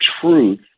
truth